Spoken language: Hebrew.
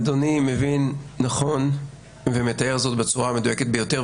אדוני מבין נכון ומתאר זאת בצורה המדויקת ביותר.